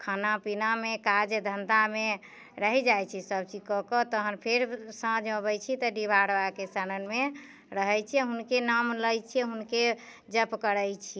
खाना पीनामे काज धंधामे रहि जाइत छी सब चीज कऽ कऽ तहन फेर साँझमे अबैत छी तऽ डीहबार बाबाके शरणमे रहैत छी हुनके नाम लै छियै हुनके जप करैत छी